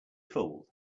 fooled